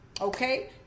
Okay